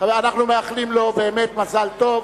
אנחנו מאחלים לו באמת מזל טוב.